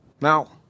Now